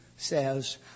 Says